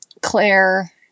Claire